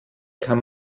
kann